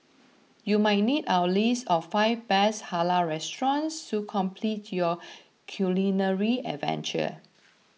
you might need our list of five best Halal restaurants to complete your culinary adventure